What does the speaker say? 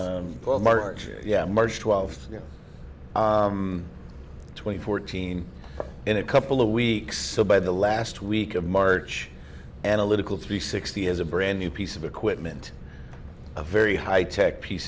twenty fourteen in a couple of weeks so by the last week of march analytical three sixty is a brand new piece of equipment a very high tech piece